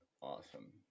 awesome